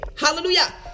Hallelujah